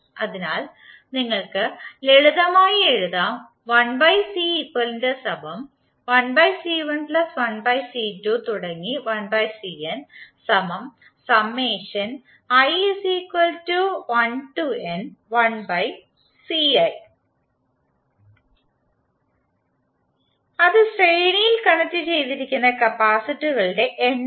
അതിനാൽ നിങ്ങൾക്ക് ലളിതമായി എഴുതാം അത് ശ്രേണിയിൽ കണക്റ്റുചെയ്തിരിക്കുന്ന കപ്പാസിറ്ററുകളുടെ എണ്ണമാണ്